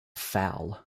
foul